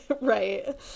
Right